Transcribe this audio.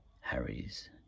Harry's